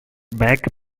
bag